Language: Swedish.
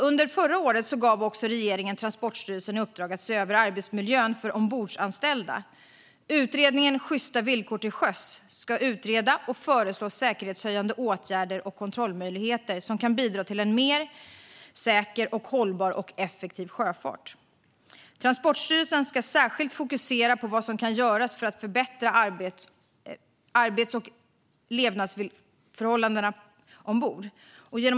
Under förra året gav regeringen Transportstyrelsen i uppdrag att se över arbetsmiljön för ombordanställda. Utredningen om sjysta villkor till sjöss ska utreda och föreslå säkerhetshöjande åtgärder och kontrollmöjligheter som kan bidra till en mer säker, hållbar och effektiv sjöfart. Transportstyrelsen ska särskilt fokusera på vad som kan göras för att förbättra arbets och levnadsförhållandena ombord.